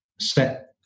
set